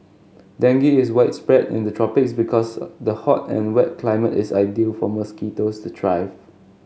dengue is widespread in the tropics because the hot and wet climate is ideal for mosquitoes to thrive